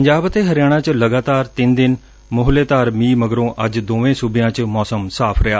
ਪੰਜਾਬ ਅਤੇ ਹਰਿਆਣਾ ਚ ਲਗਾਤਾਰ ਤਿੰਨ ਦਿਨ ਮੋਹਲੇਧਾਰ ਮੀਂਹ ਮਗਰੋਂ ਅੱਜ ਦੋਵੇਂ ਸੂਬਿਆਂ ਚ ਮੌਸਮ ਖੁਸ਼ਕ ਰਿਹਾ